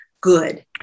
good